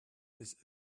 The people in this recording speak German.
bis